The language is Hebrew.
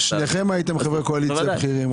שניכם הייתם חברי קואליציה בכירים.